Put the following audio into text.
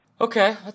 Okay